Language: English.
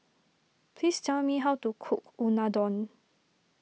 please tell me how to cook Unadon